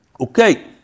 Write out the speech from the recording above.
Okay